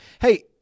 Hey